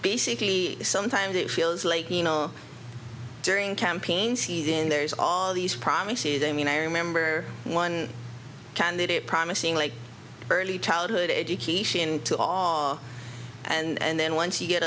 basically sometimes it feels like you know during campaign season there's all these promises i mean i remember one candidate promising like early childhood education to all and then once you get